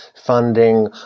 Funding